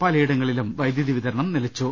പലയിടങ്ങളിലും വൈദ്യുതി വിതരണം നിലച്ചു